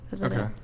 okay